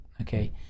Okay